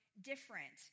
different